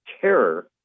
terror